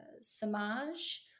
Samaj